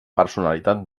personalitat